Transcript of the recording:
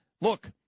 look